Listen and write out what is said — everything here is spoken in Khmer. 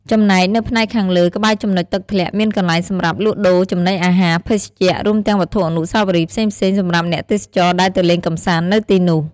ចំណែកនៅផ្នែកខាងលើក្បែរចំណុចទឹកធ្លាក់ មានកន្លែងសម្រាប់លក់ដូរចំណីអាហារ ភេសជ្ជៈ រួមទាំងវត្ថុអនុស្សាវរីយ៍ផ្សេងៗសំរាប់អ្នកទេសចរដែលទៅលេងកម្សាន្តនៅទីនោះ។